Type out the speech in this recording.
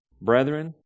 Brethren